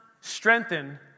strengthen